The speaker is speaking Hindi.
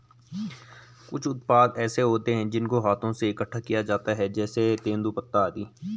कुछ उत्पाद ऐसे होते हैं जिनको हाथों से इकट्ठा किया जाता है जैसे तेंदूपत्ता आदि